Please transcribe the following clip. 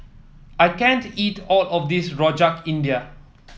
I can't eat all of this Rojak India